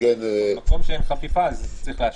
במקום שאין חפיפה, צריך להשאיר.